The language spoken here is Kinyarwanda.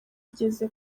yigeze